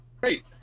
great